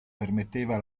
permetteva